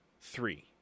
three